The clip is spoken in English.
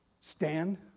stand